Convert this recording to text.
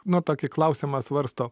nu tokį klausimą svarsto